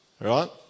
right